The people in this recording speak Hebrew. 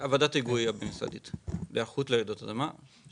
ועדת היגוי בין משרדית להיערכות לרעידת אדמה.